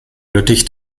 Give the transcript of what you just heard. lüttich